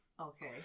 Okay